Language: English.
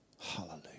Hallelujah